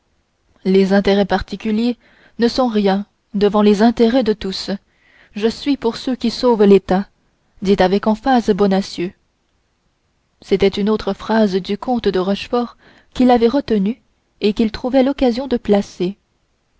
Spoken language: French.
les intérêts particuliers ne sont rien devant les intérêts de tous je suis pour ceux qui sauvent l'état dit avec emphase bonacieux c'était une autre phrase du comte de rochefort qu'il avait retenue et qu'il trouvait l'occasion de placer